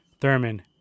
Thurman